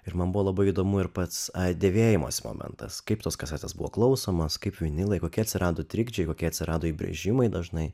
ir man buvo labai įdomu ir pats devėjimosi momentas kaip tos kasetės buvo klausomos kaip vinilai kokie atsirado trikdžiai kokie atsirado įbrėžimai dažnai